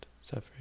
suffering